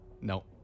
No